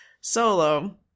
solo